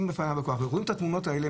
אתם רואים את התמונות האלה,